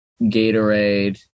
Gatorade